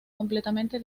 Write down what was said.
completamente